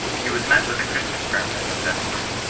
he was met with a christian firmness and gentleness.